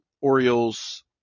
Orioles